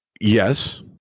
Yes